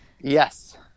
yes